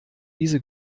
diese